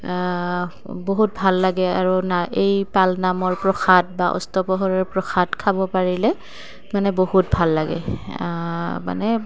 বহুত ভাল লাগে আৰু না এই পালনামৰ প্ৰসাদ বা অস্তপহৰৰ প্ৰসাদ খাব পাৰিলে মানে বহুত ভাল লাগে মানে